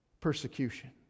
persecution